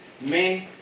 men